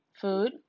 food